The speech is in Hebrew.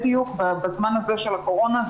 בזמן הזה של הקורונה,